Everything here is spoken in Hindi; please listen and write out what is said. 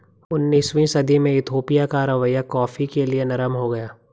उन्नीसवीं सदी में इथोपिया का रवैया कॉफ़ी के लिए नरम हो गया